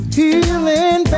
healing